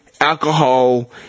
Alcohol